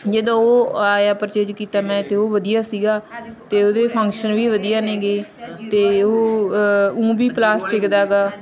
ਜਦੋਂ ਉਹ ਆਇਆ ਪਰਚੇਜ ਕੀਤਾ ਮੈਂ ਤਾਂ ਉਹ ਵਧੀਆ ਸੀਗਾ ਅਤੇ ਉਹਦੇ ਫੰਕਸ਼ਨ ਵੀ ਵਧੀਆ ਨੇਗੇ ਅਤੇ ਉਹ ਊਂ ਵੀ ਪਲਾਸਟਿਕ ਦਾ ਗਾ